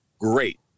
great